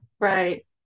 right